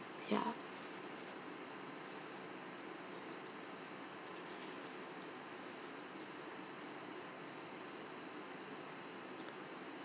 ya